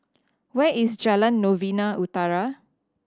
where is Jalan Novena Utara